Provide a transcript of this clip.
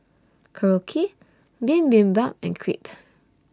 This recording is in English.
Korokke Bibimbap and Crepe